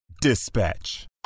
Dispatch